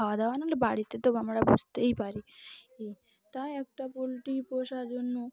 খাওয়া দাওয়া না হলে বাড়িতে তো আমরা বুঝতেই পারি এই তাই একটা পোলট্রি পোষার জন্য